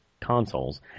consoles